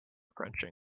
crunching